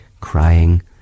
crying